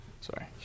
Sorry